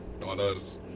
dollars